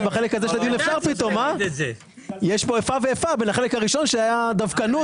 יש פה איפה ואיפה בין החלק הראשון בו הייתה דווקנות